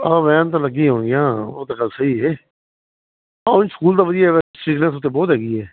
ਆਹੋ ਵੈਨ ਤਾਂ ਲੱਗੀ ਈ ਹੋਨੀ ਆ ਉਹ ਤਾਂ ਗੱਲ ਸਹੀ ਏ ਉਹ ਵੀ ਸਕੂਲ ਤਾਂ ਵਧੀਆ ਬਸ ਸਟ੍ਰਿਕਨੈਸ ਉੱਥੇ ਬਹੁਤ ਹੈਗੀ ਐ